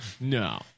No